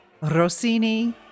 rossini